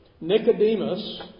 Nicodemus